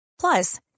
Plus